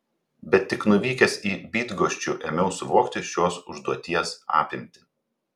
bet tik nuvykęs į bydgoščių ėmiau suvokti šios užduoties apimtį